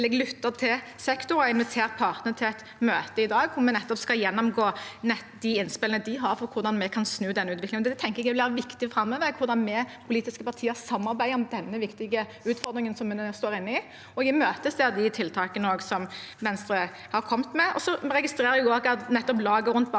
jeg lytte til sektoren og har invitert partene til et møte i dag hvor vi skal gjennomgå de innspillene de har for hvordan vi kan snu denne utviklingen. Det jeg tenker vil være viktig framover, er hvordan vi politiske partier samarbeider om denne viktige utfordringen som vi står i, og jeg imøteser de tiltakene som Venstre har kommet med. Jeg registrerer også at laget rundt barnet og